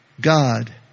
God